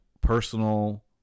personal